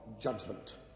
judgment